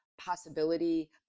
Possibility